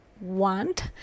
want